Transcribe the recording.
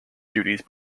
duties